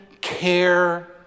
care